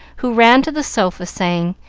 who ran to the sofa, saying,